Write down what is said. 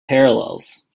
parallels